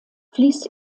fließt